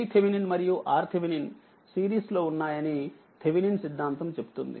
VThమరియుRTh సిరీస్లోఉన్నాయని థెవెనిన్ సిద్ధాంతం చెప్తుంది